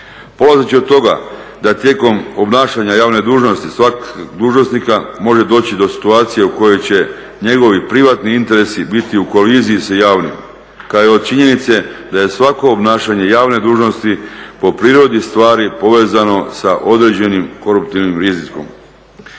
Polazeći od toga da tijekom obnašanja javne dužnosti svakog dužnosnika može doći do situacije u kojoj će njegovi privatni interesi biti u koliziji sa javnim kada je od činjenice da je svako obnašanje javno dužnosti po prirodi stvari povezano sa određenim koruptivnim rizikom.